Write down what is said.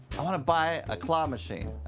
i want to buy a claw machine.